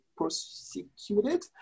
prosecuted